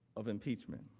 of impeachment.